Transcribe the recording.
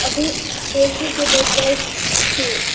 अभी